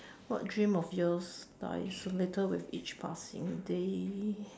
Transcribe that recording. what dream of yours dies a little with each passing day